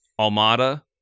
Almada